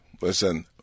listen